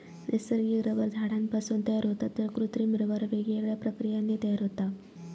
नैसर्गिक रबर झाडांपासून तयार होता तर कृत्रिम रबर वेगवेगळ्या प्रक्रियांनी तयार होता